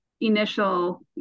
initial